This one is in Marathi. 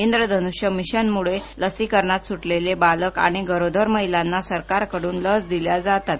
इंद्रधनुष्य मिशनमुळे लसीकरणात सुटलेले बालक आणि गरोदर महिलांना सरकारकडून लस दिल्या जातात